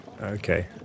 Okay